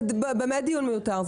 זה דיון מיותר.